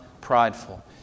prideful